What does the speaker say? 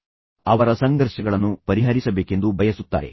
ನೀವು ಬಂದು ಅವರ ಸಂಘರ್ಷಗಳನ್ನು ಪರಿಹರಿಸಬೇಕೆಂದು ಅವರು ಬಯಸುತ್ತಾರೆ